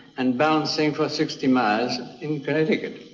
and bouncing for sixty miles in connecticut.